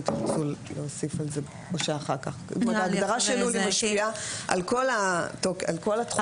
ההגדרה שלך לול משפיעה על כל התחום בתקנות.